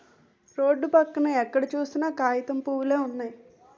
road పక్కన ఎక్కడ సూసినా కాగితం పూవులే వున్నయి